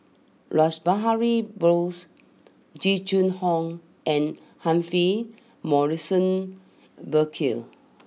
Rash Behari Bose Jing Jun Hong and Humphrey Morrison Burkill